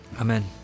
Amen